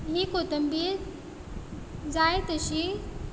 ही कोथंबीर जाय तशी